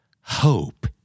Hope